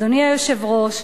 אדוני היושב-ראש,